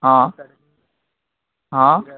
हां हां